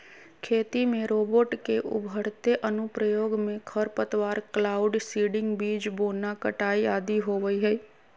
खेती में रोबोट के उभरते अनुप्रयोग मे खरपतवार, क्लाउड सीडिंग, बीज बोना, कटाई आदि होवई हई